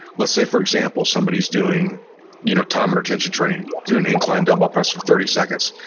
let's say for example, somebody's doing you know time and attention training, doing incline dumbbell press for thirty seconds.